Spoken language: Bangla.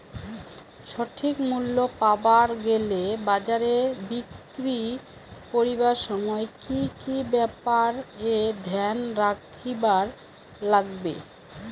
সঠিক মূল্য পাবার গেলে বাজারে বিক্রি করিবার সময় কি কি ব্যাপার এ ধ্যান রাখিবার লাগবে?